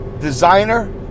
designer